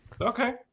Okay